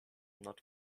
not